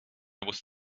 was